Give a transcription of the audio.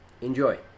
enjoy